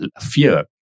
fear